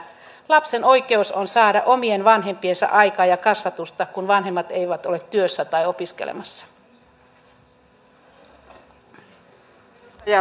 lapsen oikeus on saada omien vanhempiensa aikaa ja kasvatusta kun vanhemmat eivät ole työssä tai opiskelemassa